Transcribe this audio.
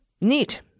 neat